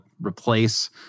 replace